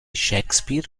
shakespeare